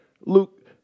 Luke